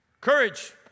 courage